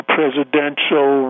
presidential